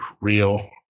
real